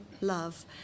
love